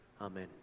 Amen